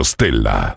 Stella